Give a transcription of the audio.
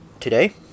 Today